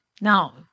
now